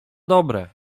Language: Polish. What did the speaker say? dobre